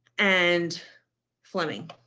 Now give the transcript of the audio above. and fleming.